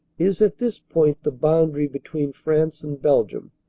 is at this point the boundary between france and belgium,